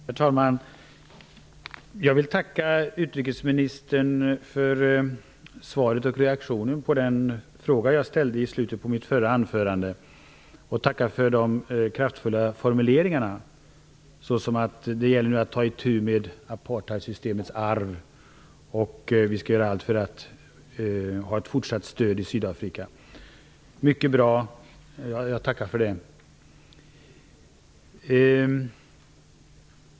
Herr talman! Jag vill tacka utrikesministern för svaret och reaktionen på den fråga jag ställde i slutet på mitt förra anförande. Jag tackar för de kraftfulla formuleringarna, såsom att det gäller att ta itu med apartheidsystemets arv och att vi skall göra allt för att ha ett fortsatt stöd i Sydafrika. Det är mycket bra, och jag tackar för det.